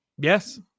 Yes